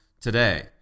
today